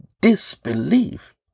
disbelief